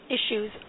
issues